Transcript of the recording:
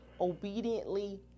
obediently